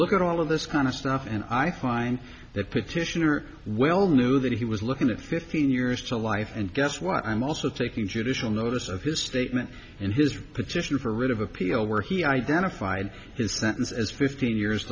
look at all of this kind of stuff and i find that petitioner well knew that he was looking at fifteen years to life and guess what i'm also taking judicial notice of his statement in his petition for writ of appeal where he identified his sentence as fifteen years